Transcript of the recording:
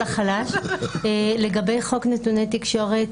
לגבי חוק נתוני תקשורת,